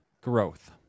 Growth